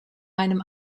meinem